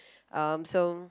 um so